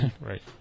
Right